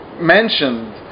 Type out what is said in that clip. mentioned